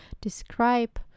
describe